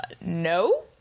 no